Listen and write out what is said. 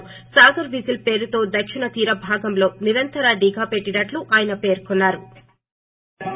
సాగర్ విజిలో పేరుతో దక్షిణ తీర భాగంలో నిరంతర నిఘా పెట్టినట్లు ఆయన పేర్కొన్నారు